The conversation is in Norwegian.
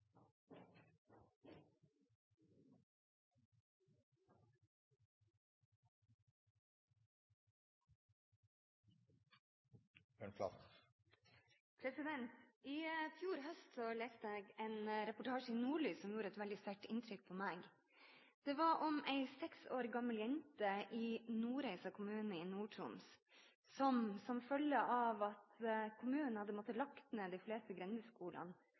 minutter. I fjor høst leste jeg en reportasje i Nordlys som gjorde et veldig sterkt inntrykk på meg. Det var om en seks år gammel jente i Nordreisa kommune i Nord-Troms som, som følge av at kommunen hadde måttet legge ned de fleste grendeskolene, hadde fått en skolevei der hun måtte